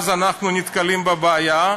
אז אנחנו נתקלים בבעיה,